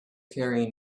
carrying